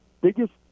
biggest